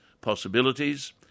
possibilities